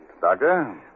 Doctor